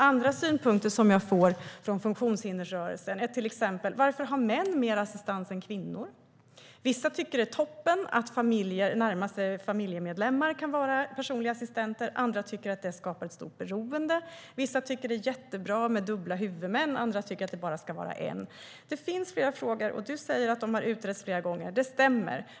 Andra synpunkter som jag får från funktionshindersrörelsen är till exempel: Varför har män mer assistans än kvinnor? Vissa tycker att det är toppen att familjemedlemmar kan vara personliga assistenter. Andra tycker att det skapar ett stort beroende. Vissa tycker att det är jättebra med dubbla huvudmän. Andra tycker att det ska vara bara en. Det finns flera frågor. Du säger att de har utretts flera gånger. Det stämmer.